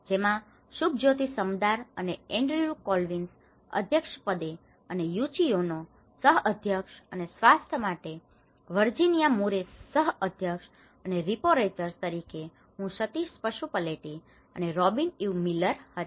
જેમાં શુભજ્યોતિ સમદ્દાર અને Andrew Collins અધ્યક્ષ પદે અને યુચિ ઓનો સહ અધ્યક્ષ અને સ્વાસ્થ્ય માટે વર્જિનિયા મુરે સહ અધ્યક્ષ અને રીપોરેચર્સ તરીકે હું સતીશ પશુપલેટી અને રોબિન ઇવ મિલર હતા